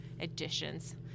additions